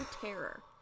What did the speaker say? terror